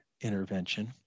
intervention